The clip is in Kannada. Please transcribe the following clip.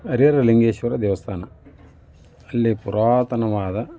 ಹರಿಹರ ಲಿಂಗೇಶ್ವರ ದೇವಸ್ಥಾನ ಅಲ್ಲಿ ಪುರಾತನವಾದ